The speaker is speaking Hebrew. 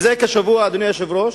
זה כשבוע, אדוני היושב-ראש,